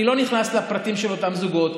אני לא נכנס לפרטים של אותם זוגות,